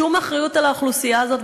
שום אחריות לאוכלוסייה הזאת,